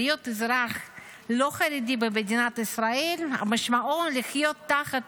להיות אזרח לא חרדי במדינת ישראל משמעו לחיות תחת